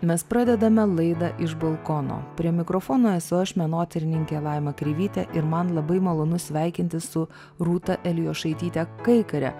mes pradedame laidą iš balkono prie mikrofono esu aš menotyrininkė laima kreivytė ir man labai malonu sveikintis su rūta elijošaityte kaikare